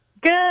Good